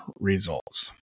results